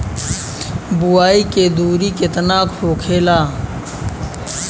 बुआई के दूरी केतना होखेला?